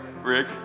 Rick